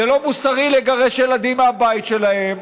זה לא מוסרי לגרש ילדים מהבית שלהם,